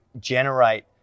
generate